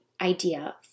idea